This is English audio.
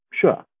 Sure